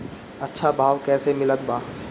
अच्छा भाव कैसे मिलत बा?